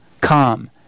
come